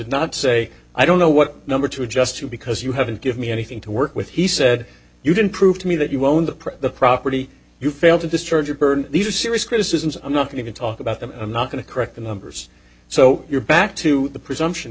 not say i don't know what number two just two because you haven't give me anything to work with he said you can prove to me that you own the press the property you fail to discharge or burn these are serious criticisms i'm not going to talk about them i'm not going to correct the numbers so you're back to the presumption